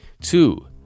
Two